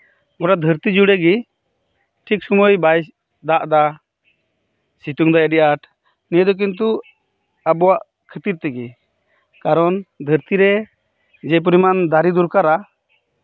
ᱜᱚᱴᱟ ᱫᱷᱟᱹᱨᱛᱤ ᱡᱩᱲᱮ ᱜᱮ ᱴᱷᱤᱠ ᱥᱚᱢᱚᱭ ᱨᱮ ᱵᱟᱭ ᱫᱟᱜ ᱮᱫᱟ ᱥᱤᱛᱩᱝ ᱫᱟᱭ ᱟᱹᱰᱤ ᱟᱸᱴ ᱱᱤᱭᱟᱹ ᱫᱚ ᱠᱤᱱᱛᱩ ᱟᱵᱚᱣᱟᱜ ᱠᱷᱟᱹᱛᱤᱨ ᱛᱮᱜᱮ ᱠᱟᱨᱚᱱ ᱫᱷᱟᱹᱨᱛᱤ ᱨᱮ ᱡᱮ ᱯᱚᱨᱤᱢᱟᱱ ᱫᱟᱨᱮ ᱫᱚᱨᱠᱟᱨᱟ